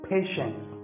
Patience